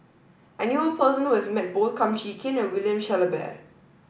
I knew a person who has met both Kum Chee Kin and William Shellabear